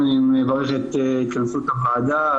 אני מברך את התכנסות הוועדה,